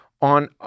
on